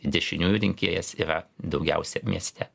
dešiniųjų rinkėjas yra daugiausia mieste